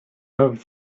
have